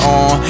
on